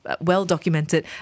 well-documented